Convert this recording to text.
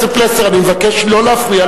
יש מסמכים שאומרים,